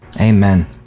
Amen